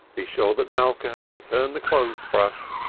be sure that malka had returned the clothes-brush,